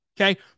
okay